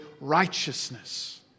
righteousness